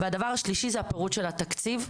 הדבר השלישי, פירוט של התקציב.